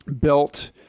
built